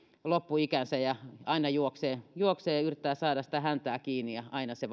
loppuikänsä ja aina juoksee juoksee ja yrittää saada sitä häntää kiinni ja aina se